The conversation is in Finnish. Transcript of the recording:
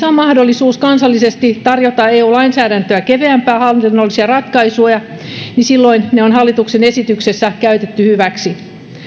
on mahdollisuus kansallisesti tarjota eu lainsäädäntöä keveämpiä hallinnollisia ratkaisuja silloin ne on hallituksen esityksessä käytetty hyväksi